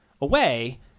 away